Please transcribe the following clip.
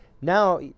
now